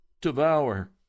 devour